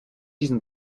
diesen